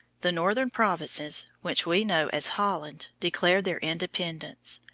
the northern provinces, which we know as holland, declared their independence.